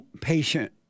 patient